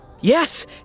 Yes